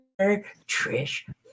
Trish